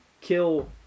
kill